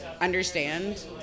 understand